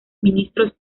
ministros